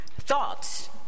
thoughts